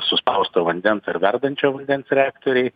suspausto vandens ir verdančio vandens reaktoriai